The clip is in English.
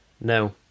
No